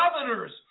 governors